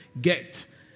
get